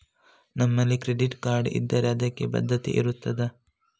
ನಮ್ಮಲ್ಲಿ credit card ಇದ್ದರೆ ಅದಕ್ಕೆ ಭದ್ರತೆ ಇರುತ್ತದಾ?